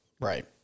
Right